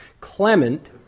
Clement